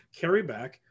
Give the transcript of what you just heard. carryback